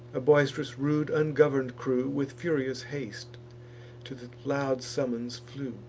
a boist'rous, rude, ungovern'd crew, with furious haste to the loud summons flew.